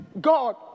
God